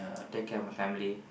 take care of my family